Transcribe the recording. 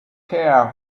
care